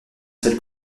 seul